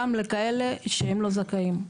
גם לכאלה שהם לא זכאים.